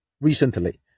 recently